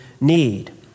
need